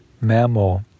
mammal